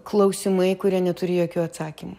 klausimai kurie neturi jokių atsakymų